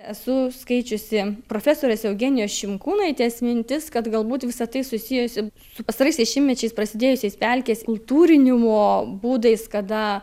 esu skaičiusi profesorės eugenijos šimkūnaitės mintis kad galbūt visa tai susijusi su pastaraisiais šimtmečiais prasidėjusiais pelkės kultūrinimo būdais kada